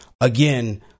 again